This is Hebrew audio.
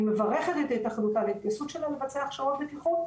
אני מברכת את התאחדות לעיסוק שלה לבצע הכשרות בטיחות,